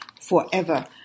forever